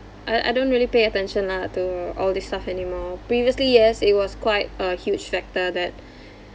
I I don't really pay attention lah to all these stuff anymore previously yes it was quite a huge factor that